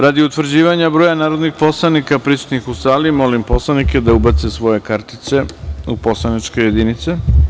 Radi utvrđivanja broja narodnih poslanika prisutnih u sali, molim poslanike da ubace svoje kartice u poslaničke jedinice.